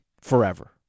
forever